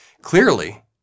Clearly